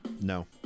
No